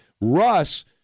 Russ